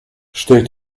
stellt